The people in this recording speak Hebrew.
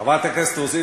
חברת הכנסת רוזין,